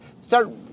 start